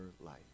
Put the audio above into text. life